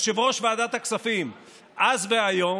יושב-ראש ועדת הכספים אז והיום,